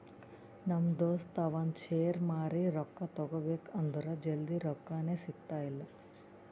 ನಮ್ ದೋಸ್ತ ಅವಂದ್ ಶೇರ್ ಮಾರಿ ರೊಕ್ಕಾ ತಗೋಬೇಕ್ ಅಂದುರ್ ಜಲ್ದಿ ರೊಕ್ಕಾನೇ ಸಿಗ್ತಾಯಿಲ್ಲ